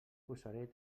posaré